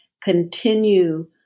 continue